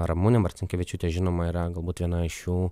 ramunė marcinkevičiūtė žinoma yra galbūt viena iš jų